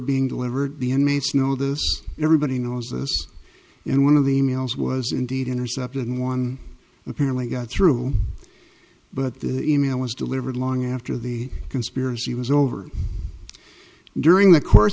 being delivered the inmates know this everybody knows this and one of the e mails was indeed intercepted in one apparently got through but the e mail was delivered long after the conspiracy was over during the course